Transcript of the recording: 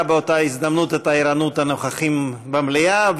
באותה הזדמנות את ערנות הנוכחים במליאה,